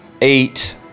eight